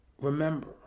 Remember